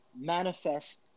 manifest